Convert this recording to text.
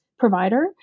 provider